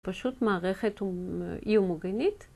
פשוט מערכת אי הומוגנית.